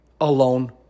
alone